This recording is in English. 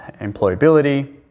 employability